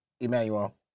Emmanuel